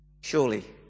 surely